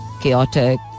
chaotic